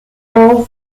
all